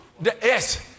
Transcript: Yes